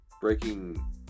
breaking